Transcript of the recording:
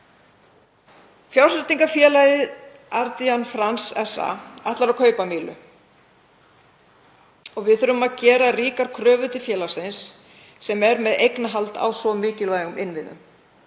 Fjárfestingarfélagið Ardian France SA ætlar að kaupa Mílu og við þurfum að gera ríkar kröfur til félagsins sem er með eignarhald á svo mikilvægum innviðum.